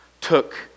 took